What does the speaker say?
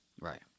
Right